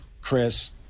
Chris